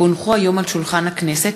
כי הונחו היום על שולחן הכנסת,